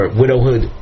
widowhood